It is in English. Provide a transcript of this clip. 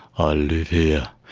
i live here.